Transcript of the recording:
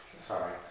Sorry